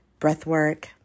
Breathwork